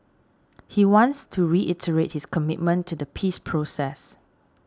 he wants to reiterate his commitment to the peace process